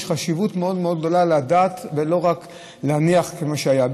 יש חשיבות מאוד מאוד גדולה לדעת ולא להניח את מה שהיה,